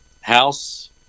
House